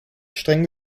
streng